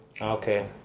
Okay